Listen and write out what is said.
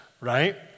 right